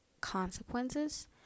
consequences